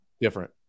Different